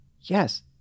Yes